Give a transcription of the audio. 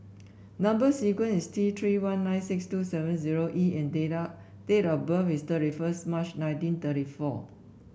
number sequence is T Three one nine six two seven zero E and date date of birth is thirty one March nineteen thirty four